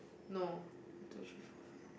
no I don't